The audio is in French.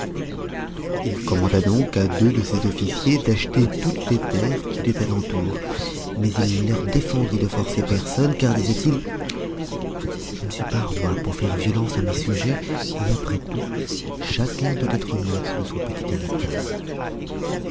il commanda donc à deux de ses officiers d'acheter toutes les terres qui étaient à l'entour mais il leur défendit de forcer personne car disait-il je ne suis pas roi pour faire violence à mes sujets et après tout chacun doit être maître de son petit héritage